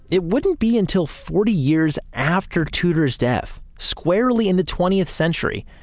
it wouldn't be until forty years after tudor's death, squarely in the twentieth century,